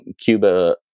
Cuba